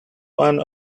one